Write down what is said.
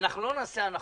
אנחנו לא נעשה הנחות.